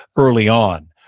early on,